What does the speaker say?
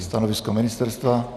Stanovisko ministerstva?